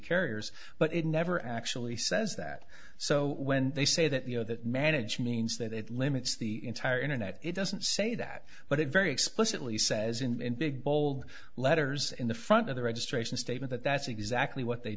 carriers but it never actually says that so when they say that you know that managed means that it limits the entire internet it doesn't say that but it very explicitly says in big bold letters in the front of the registration statement that that's exactly what they